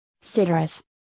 citrus